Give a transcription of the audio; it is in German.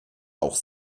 auch